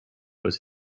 was